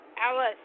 Alice